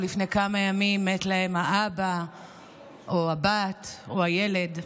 לפני כמה ימים מת להם האבא או הבת או הילד.